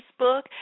Facebook